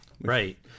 Right